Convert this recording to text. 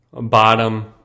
Bottom